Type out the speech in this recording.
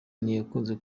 ntiyakunze